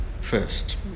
first